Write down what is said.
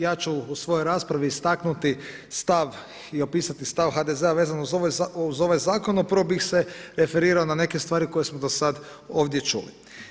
Ja ću u svojoj raspravi istaknuti stav i opisati stav HDZ-a vezano uz ovaj zakon a prvo bih se referirao na neke stvari koje smo do sada ovdje čuli.